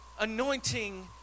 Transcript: anointing